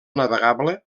navegable